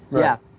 yeah.